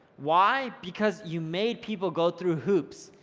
why? because you made people go through hoops.